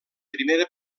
primera